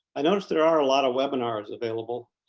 i noticed there are a lot of webinars available